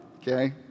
okay